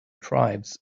tribes